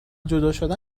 جداشدن